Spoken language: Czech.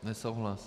Nesouhlas.